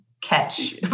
Catch